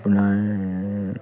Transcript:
আপোনাৰ